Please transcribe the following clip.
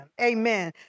Amen